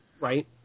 Right